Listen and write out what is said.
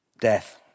death